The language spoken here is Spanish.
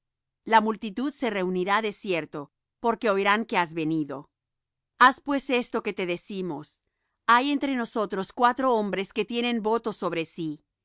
la multitud se reunirá de cierto porque oirán que has venido haz pues esto que te decimos hay entre nosotros cuatro hombres que tienen voto sobre sí